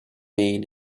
maine